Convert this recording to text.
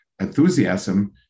enthusiasm